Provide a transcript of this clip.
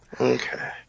Okay